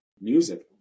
music